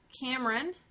Cameron